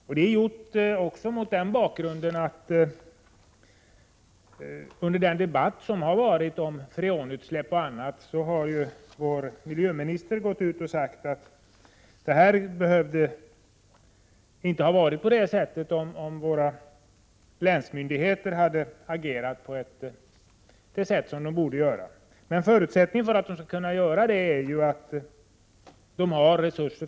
Vi har gjort det också mot den bakgrunden att miljöministern, under den debatt som har förts om freonutsläpp och annat, har sagt att det inte hade behövt vara på detta sätt om länsmyndigheterna hade agerat så som de borde. Men förutsättningen för att de skall kunna göra det är att de har resurser.